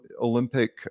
Olympic